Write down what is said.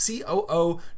COO